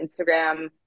instagram